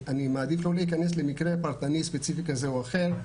אני מעדיף לא להיכנס למקרה פרטני ספציפי כזה או אחר.